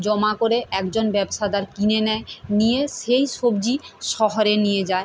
জমা করে একজন ব্যবসাদার কিনে নেয় নিয়ে সেই সবজি শহরে নিয়ে যায়